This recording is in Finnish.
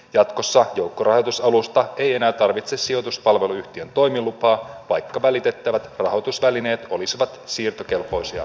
jatkossa joukkorahoitusalusta ei enää tarvitse sijoituspalveluyhtiön toimilupaa vaikka välitettävät rahoitusvälineet olisivat siirtokelpoisia arvopapereita